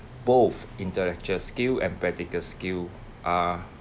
both intellectual skill and practical skill are